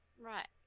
Right